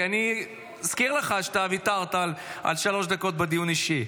כי אני אזכיר לך שוויתרת על שלוש דקות בדיון האישי,